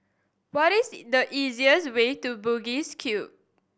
what is the easiest way to Bugis Cube